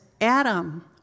Adam